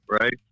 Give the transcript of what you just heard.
right